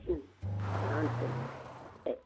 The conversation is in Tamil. ம் ஆ சேரி சேரி